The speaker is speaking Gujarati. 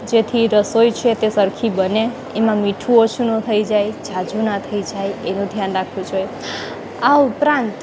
જેથી રસોઈ છે તે સરખી બને છે એમાં મીઠું ઓછું ન થઈ જાય ઝાઝૂ ન થઈ જાય એનું ધ્યાન રાખવું જોઈએ આ ઉપરાંત